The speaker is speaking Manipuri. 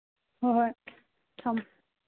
ꯍꯣꯏ ꯍꯣꯏ ꯊꯝꯃꯦ